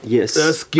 Yes